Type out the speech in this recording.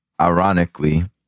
ironically